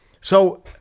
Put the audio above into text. So-